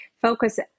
focus